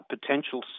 potential